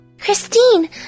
Christine